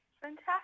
Fantastic